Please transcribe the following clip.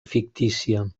fictícia